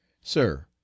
Sir